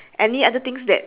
with the words buy me